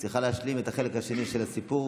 שצריכה להשלים את החלק השני של הסיפור,